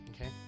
okay